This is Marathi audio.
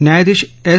न्यायाधीश एस